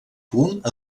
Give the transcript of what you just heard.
punt